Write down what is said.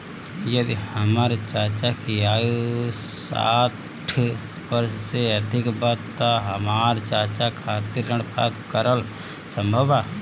यदि हमर चाचा की आयु साठ वर्ष से अधिक बा त का हमर चाचा खातिर ऋण प्राप्त करल संभव बा